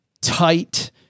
tight